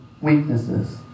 weaknesses